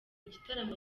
igitaramo